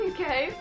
Okay